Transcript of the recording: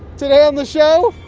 today on the show,